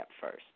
first